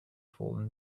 fallen